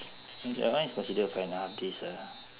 that one is considered five and a half days ah